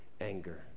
anger